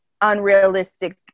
unrealistic